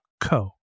co